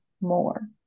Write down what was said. more